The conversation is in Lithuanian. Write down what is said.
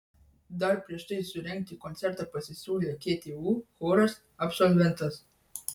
dar prieš tai surengti koncertą pasisiūlė ktu choras absolventas